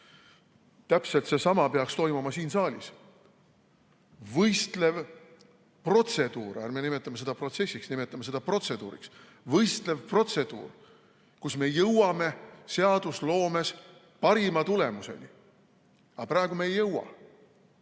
trumbid. Täpselt seesama peaks toimuma siin saalis: võistlev protseduur. Ärme nimetame seda protsessiks, nimetame seda protseduuriks! Võistlev protseduur, mille abil me jõuame seadusloomes parima tulemuseni. Aga praegu me ei jõua.